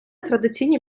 традиційні